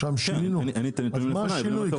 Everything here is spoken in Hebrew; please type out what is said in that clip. מה השינוי?